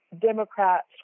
Democrats